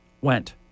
went